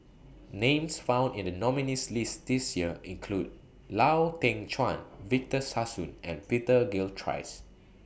Names found in The nominees' list This Year include Lau Teng Chuan Victor Sassoon and Peter Gilchrist